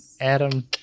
Adam